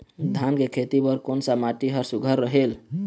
धान के खेती बर कोन सा माटी हर सुघ्घर रहेल?